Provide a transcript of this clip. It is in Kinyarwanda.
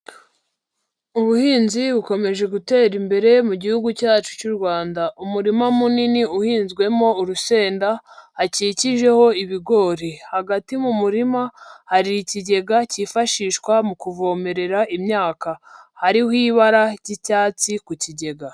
Ubuhinzi bukomeje gutera imbere mu gihugu cyacu cy'u Rwanda. Umurima munini uhinzwemo urusenda, hakikijeho ibigori. Hagati mu murima hari ikigega cyifashishwa mu kuvomerera imyaka. Hariho ibara ry'icyatsi ku kigega.